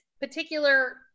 particular